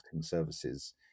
services